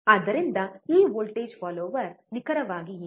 ಆದ್ದರಿಂದ ಈ voltage follower ನಿಖರವಾಗಿ ಏನು